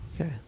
Okay